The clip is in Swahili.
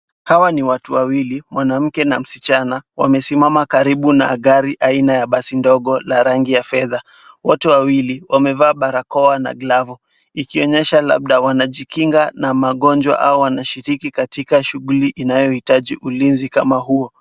Hawa ni watu wawili mwanamke na msichana wamesimama karibu na gari aina ya basi ndogo la rangi ya fedha. Wote wawili wamevaa barakoa na glavu ikionyesha labda wanajikinga na magonjwa au wanashiriki katika shughuli inayohitaji ulinzi kama huo.